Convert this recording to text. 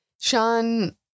sean